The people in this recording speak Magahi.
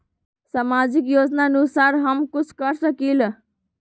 सामाजिक योजनानुसार हम कुछ कर सकील?